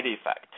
effect